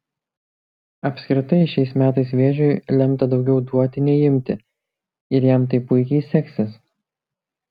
apskritai šiais metais vėžiui lemta daugiau duoti nei imti ir jam tai puikiai seksis